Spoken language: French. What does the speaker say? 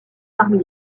parmi